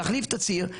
להחליף את הציר.